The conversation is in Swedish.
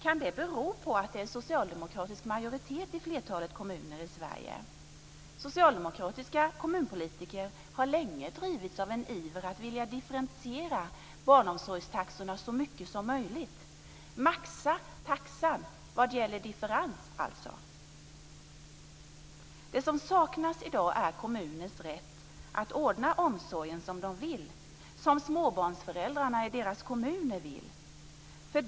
Kan det bero på att det är socialdemokratisk majoritet i flertalet kommuner i Sverige? Socialdemokratiska kommunpolitiker har länge drivits av en iver att vilja differentiera barnomsorgstaxorna så mycket som möjligt - maxa taxan vad gäller differens, alltså. Det som saknas i dag är kommuners rätt att ordna omsorgen som de vill, som småbarnsföräldrarna i kommunen vill.